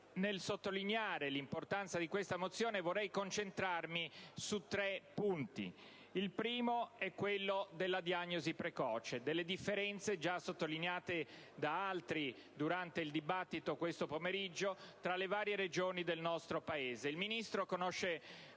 Nel sottolineare l'importanza di questa mozione, vorrei concentrarmi su tre punti. Il primo è quello della diagnosi precoce, delle differenze già sottolineate da altri durante il dibattito questo pomeriggio tra le varie Regioni del nostro Paese. Il Ministro conosce